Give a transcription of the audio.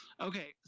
Okay